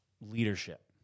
leadership